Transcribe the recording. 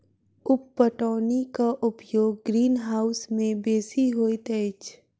उप पटौनीक उपयोग ग्रीनहाउस मे बेसी होइत अछि